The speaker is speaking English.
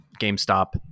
GameStop